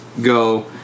go